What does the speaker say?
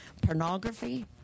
pornography